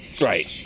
Right